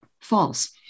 false